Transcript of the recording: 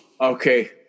okay